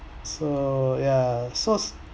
so ya so